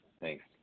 Thanks